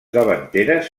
davanteres